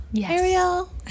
Ariel